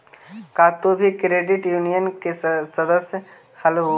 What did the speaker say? का तुम भी क्रेडिट यूनियन के सदस्य हलहुं?